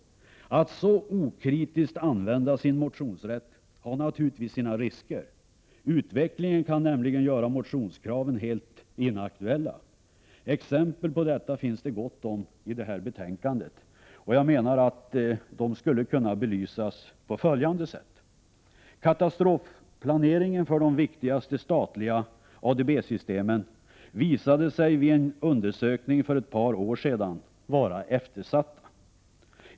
Att så okritiskt använda sin motionsrätt har naturligtvis sina risker. Utvecklingen kan nämligen göra att motionskraven är helt inaktuella. Exempel på detta finns det gott om i detta betänkande. Jag menar att det skulle kunna belysas på följande sätt. Katastrofplaneringen för de viktigaste statliga ADB-systemen visade sig vid en undersökning för ett par år sedan vara eftersatt.